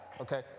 okay